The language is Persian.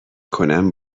کنم